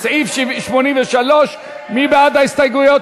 סעיף 83. מי בעד ההסתייגויות?